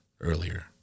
earlier